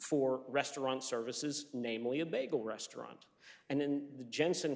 for restaurant services namely a bagel restaurant and in the jensen